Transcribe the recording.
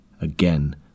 Again